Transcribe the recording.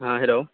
ہاں ہیلو